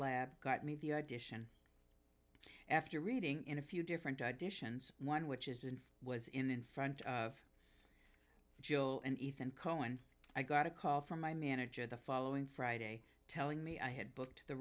lab got me the ideation after reading in a few different additions one which is and was in front of joel and ethan coen i got a call from my manager the following friday telling me i had booked the